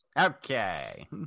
Okay